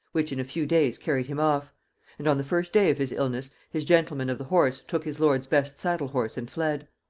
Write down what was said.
which in a few days carried him off and on the first day of his illness, his gentleman of the horse took his lord's best saddle-horse and fled.